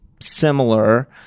similar